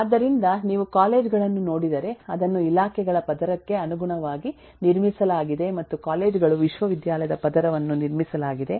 ಆದ್ದರಿಂದ ನೀವು ಕಾಲೇಜು ಗಳನ್ನು ನೋಡಿದರೆ ಅದನ್ನು ಇಲಾಖೆಗಳ ಪದರಕ್ಕೆ ಅನುಗುಣವಾಗಿ ನಿರ್ಮಿಸಲಾಗಿದೆ ಮತ್ತು ಕಾಲೇಜು ಗಳು ವಿಶ್ವವಿದ್ಯಾಲಯದ ಪದರವನ್ನು ನಿರ್ಮಿಸಲಾಗಿದೆ